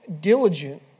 diligent